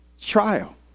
trial